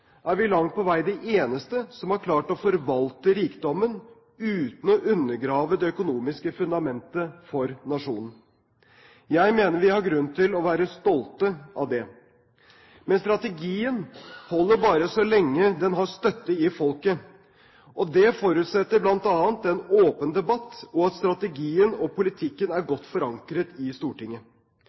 er vi langt på vei det eneste som har klart å forvalte rikdommen uten å undergrave det økonomiske fundamentet for nasjonen. Jeg mener vi har grunn til å være stolte av det. Men strategien holder bare så lenge den har støtte i folket. Det forutsetter bl.a. en åpen debatt og at strategien og politikken er godt forankret i Stortinget.